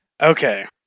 Okay